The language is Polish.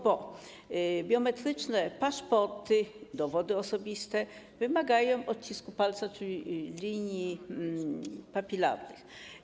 Biometryczne paszporty i dowody osobiste wymagają odcisku palca, czyli linii papilarnych.